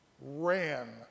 ran